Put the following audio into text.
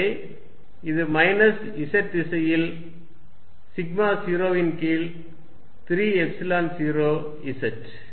எனவே இது minus z திசையில் σ0 ன் கீழ் 3 எப்சிலன் 0 z